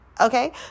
okay